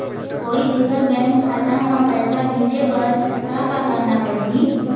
कोई दूसर बैंक खाता म पैसा भेजे बर का का करना पड़ही?